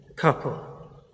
Couple